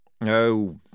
Oh